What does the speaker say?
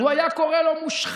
הוא היה קורא לו "מושחת",